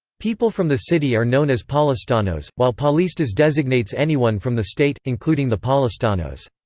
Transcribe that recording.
people from the city are known as paulistanos, while paulistas designates anyone from the state, including the paulistanos.